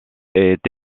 est